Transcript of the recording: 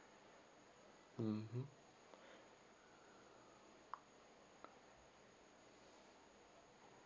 mm